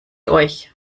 euch